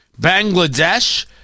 bangladesh